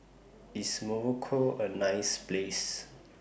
IS Morocco A nice Place